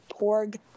Porg